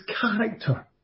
character